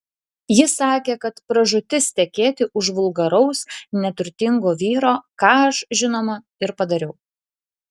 ji sakė kad pražūtis tekėti už vulgaraus neturtingo vyro ką aš žinoma ir padariau